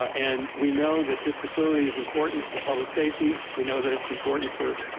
and we know that this facility is important for public safety. we know that it's important for,